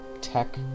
tech